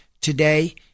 today